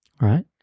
Right